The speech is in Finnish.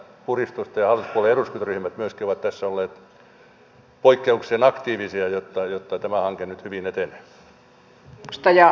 myöskin hallituspuolueiden eduskuntaryhmät ovat tässä olleet poikkeuksellisen aktiivisia jotta tämä hanke nyt hyvin etenee